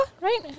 Right